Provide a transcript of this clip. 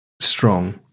strong